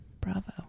Bravo